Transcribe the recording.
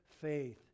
faith